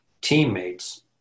teammates